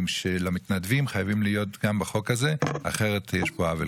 אבל הרווח של להיות באחדות